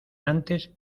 nantes